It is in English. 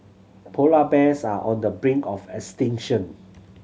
polar bears are on the brink of extinction